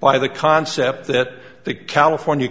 by the concept that the california